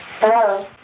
Hello